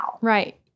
Right